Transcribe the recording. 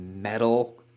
metal